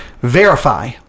verify